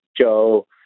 Joe